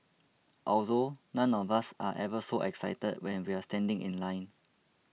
although none of us are ever so excited when we're standing in line